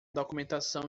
documentação